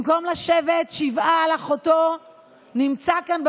במקום לשבת שבעה על אחותו הוא נמצא כאן,